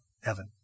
Heaven